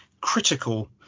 critical